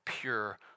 pure